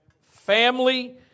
family